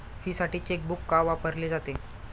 फीसाठी चेकबुक का वापरले जाते?